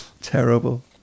Terrible